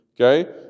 Okay